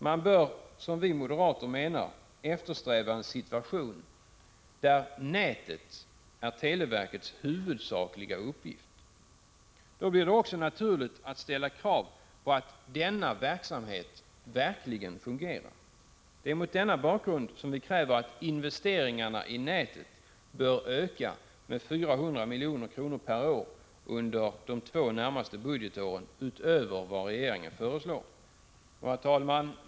Man bör, som vi moderater menar, eftersträva en situation där nätet är televerkets huvudsakliga uppgift. Då blir det också naturligt att ställa krav på att denna verksamhet verkligen fungerar. Det är mot denna bakgrund som vi kräver att investeringarna i nätet bör öka med 400 milj.kr. per år under de två närmaste budgetåren, utöver vad regeringen föreslår. Herr talman!